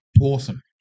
Awesome